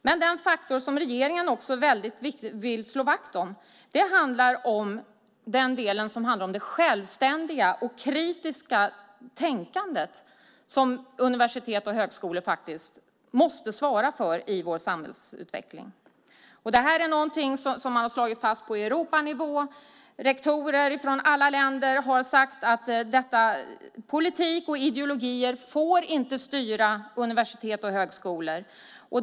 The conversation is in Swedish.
Men en faktor som regeringen också vill slå vakt om handlar om det självständiga och kritiska tänkandet, som universitet och högskolor måste svara för i vår samhällsutveckling. Det här är någonting som man har slagit fast på Europanivå. Rektorer från alla länder har sagt att politik och ideologier inte får styra universitet och högskolor.